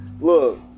look